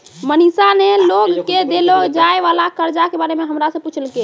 मनीषा ने लोग के देलो जाय वला कर्जा के बारे मे हमरा से पुछलकै